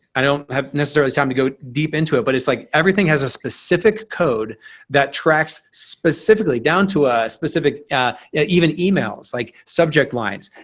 i don't have necessarily time to go deep into it but it's like, everything has a specific code that tracks specifically down to ah specific yeah yeah even emails like subject lines,